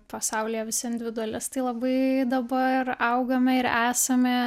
pasaulyje visi individualistai labai dabar augame ir esame